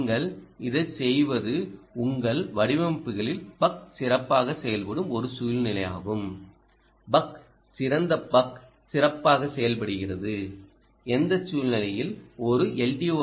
நீங்கள் இதைச் செய்வது உங்கள் வடிவமைப்புகளில் பக் சிறப்பாகச் செயல்படும் ஒரு சூழ்நிலையாகும் பக் சிறந்த பக் சிறப்பாக செயல்படுகிறது இந்த சூழ்நிலையில் ஒரு எல்